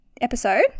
episode